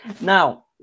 Now